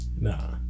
Nah